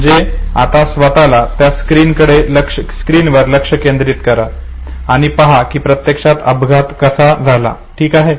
म्हणजे आता स्वत त्या स्क्रीनवर लक्ष केंद्रित करा आणि पहा कि प्रत्यक्षात अपघात कसा झाला आहे ठीक आहे